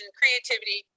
creativity